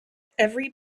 every